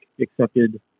accepted